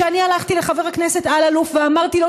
שאני הלכתי לחבר הכנסת אלאלוף ואמרתי לו,